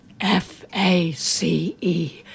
F-A-C-E